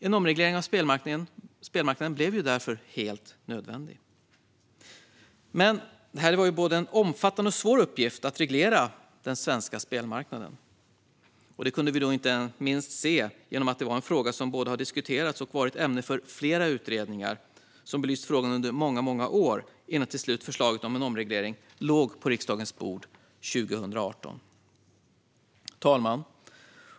En omreglering av spelmarknaden blev därför helt nödvändig. Det var en både omfattande och svår uppgift att reglera den svenska spelmarknaden, vilket vi inte minst kunde se genom att frågan hade diskuterats och varit ämne för flera utredningar under många år innan förslaget till en omreglering till slut låg på riksdagens bord 2018. Fru talman!